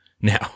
Now